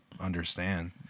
understand